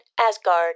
Asgard